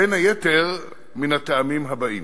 בין היתר מן הטעמים הבאים,